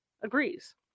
agrees